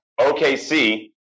OKC